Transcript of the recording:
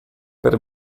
per